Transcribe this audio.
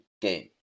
game